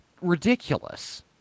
ridiculous